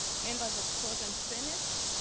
members of court and senate,